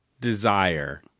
desire